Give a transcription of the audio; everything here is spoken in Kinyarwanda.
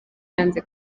yanze